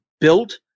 built